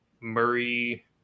Murray